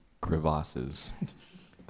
crevasses